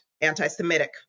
anti-Semitic